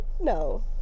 no